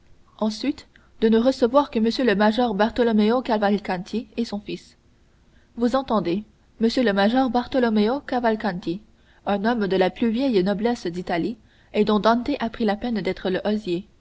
ensuite de ne recevoir que m le major bartolomeo cavalcanti et son fils vous entendez m le major bartolomeo cavalcanti un homme de la plus vieille noblesse d'italie et dont dante a pris la peine d'être